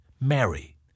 Mary